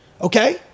Okay